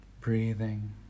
breathing